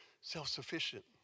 self-sufficient